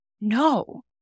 No